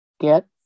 get